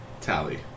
tally